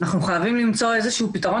אנחנו חייבים למצוא איזה שהוא פתרון